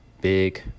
big